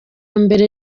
mbere